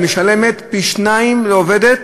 והיא משלמת פי-שניים לעובדת,